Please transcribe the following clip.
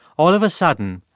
all of a sudden,